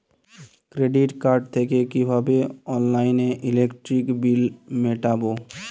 Credit card থেকে কিভাবে অনলাইনে ইলেকট্রিক বিল মেটাবো?